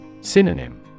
Synonym